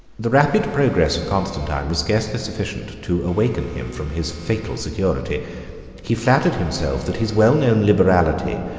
the rapid progress of constantine was scarcely sufficient to awaken him from his fatal security he flattered himself, that his well-known liberality,